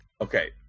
Okay